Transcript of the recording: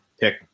pick